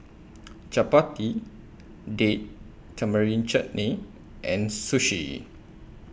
Chapati Date Tamarind Chutney and Sushi